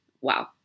wow